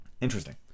Interesting